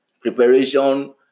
Preparation